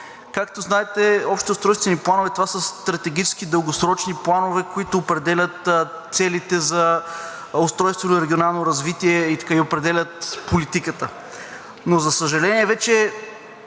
Както знаете, общите устройствени планове – това са стратегически дългосрочни планове, които определят целите за устройственото регионално развитие и определят политика. Но за съжаление, вече